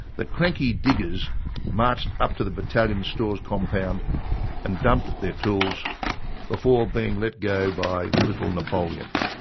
the cranky diggers marched up to the battalion stores compound and dumped their tools before being let go by little napoleon.